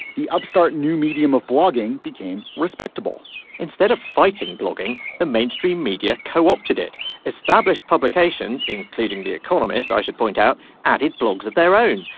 the upstart new medium of blogging became respectable instead of fighting blogging the mainstream media co-opted it established publications including the economist. i should point out added blogs of their own.